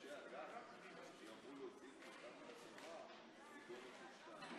חבר הכנסת טיבי,